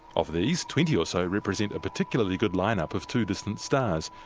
of these, twenty or so represent a particularly good line-up of two distant stars.